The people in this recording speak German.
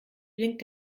blinkt